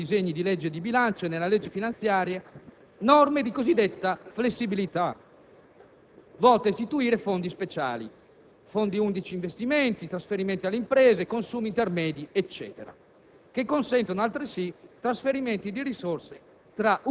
Sono state poi introdotte gradualmente nell'articolato dei disegni di legge di bilancio e nella legge finanziaria norme di cosiddetta flessibilità volte ad istituire fondi speciali (fondi unici di investimenti, trasferimenti alle imprese, consumi intermedi, eccetera)